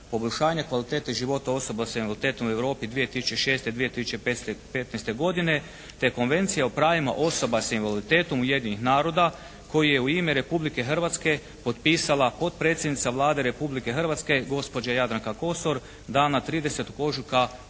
poboljšanje kvalitete života osoba s invaliditetom u Europi 2006. 2015. godine te Konvencija o pravima osoba s invaliditetom Ujedinjenih naroda koji je u ime Republike Hrvatske potpisala potpredsjednica Vlade Republike Hrvatske gospođa Jadranka Kosor dana 30. ožujka